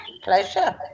pleasure